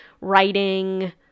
writing